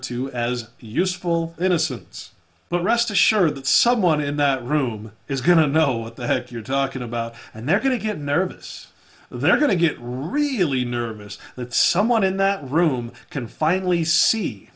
to as useful innocence but rest assured that someone in that room is going to know what the heck you're talking about and they're going to get nervous they're going to get really nervous that someone in that room can finally see